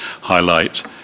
highlight